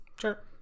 Sure